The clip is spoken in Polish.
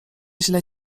źle